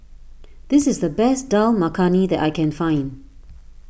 this is the best Dal Makhani that I can find